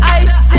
ice